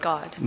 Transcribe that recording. God 。